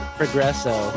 progresso